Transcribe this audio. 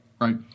Right